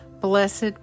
Blessed